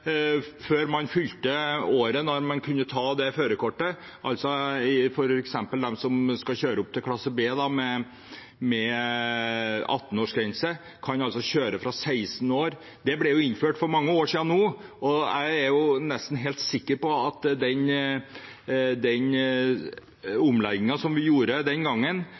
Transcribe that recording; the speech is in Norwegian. før oppnådd alder for å kunne ta førerkort – slik at f.eks. de som skal kjøre opp til klasse B med 18-årsgrense, kan kjøre fra de er 16 år. Det ble innført for mange år siden, og jeg er nesten helt sikker på at omleggingen vi gjorde den gangen,